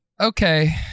okay